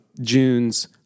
June's